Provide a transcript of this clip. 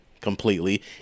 completely